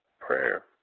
prayer